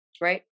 right